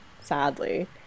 sadly